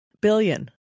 billion